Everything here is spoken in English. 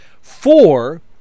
four